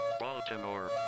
Baltimore